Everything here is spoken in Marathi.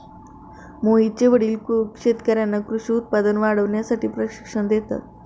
मोहितचे वडील शेतकर्यांना कृषी उत्पादन वाढवण्यासाठी प्रशिक्षण देतात